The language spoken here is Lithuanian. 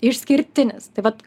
išskirtinis tai vat